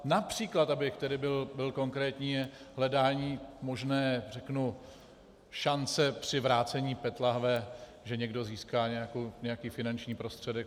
Například, abych byl konkrétní, hledání možné šance při vrácení PET lahve, že někdo získá nějaký finanční prostředek.